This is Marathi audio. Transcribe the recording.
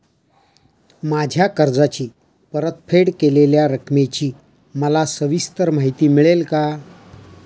माझ्या कर्जाची परतफेड केलेल्या रकमेची मला सविस्तर माहिती मिळेल का?